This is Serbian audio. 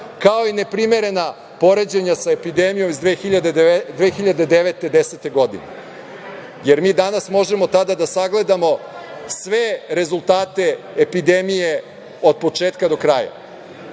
kao i neprimerena poređenja sa epidemijom iz 2009. i 2010. godine, jer mi danas možemo tada da sagledamo sve rezultate epidemije od početka do kraja. Ova